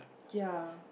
ya